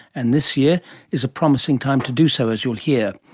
and this year is a promising time to do so, as you'll hear.